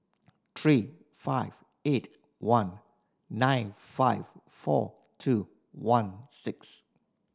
three five eight one nine five four two one six